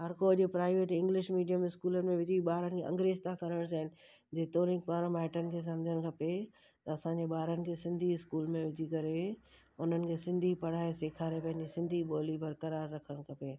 हर को अॼु प्राइवेट इंग्लिश मीडियम स्कूलनि में विझी ॿारनि खे अंग्रेज था करणु चाहिनि जेतिरो उन पाण माइटनि खे सम्झण खपे त असांजे ॿारनि खे सिंधी स्कूल में विझी करे उन्हनि खे सिंधी पढ़ाए सेखारे पंहिंजी सिंधी ॿोली बरकरार रखणु खपे